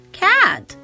cat